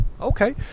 Okay